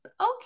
okay